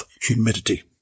humidity